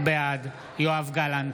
בעד יואב גלנט,